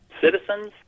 citizens